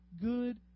good